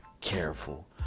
careful